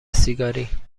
سیگاری